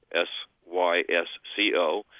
S-Y-S-C-O